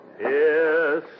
Yes